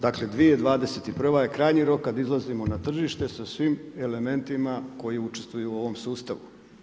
Dakle, 2021. je krajnji rok kada izlazimo na tržište sa svim elementima koji učestvuju u ovom sustavu.